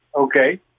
Okay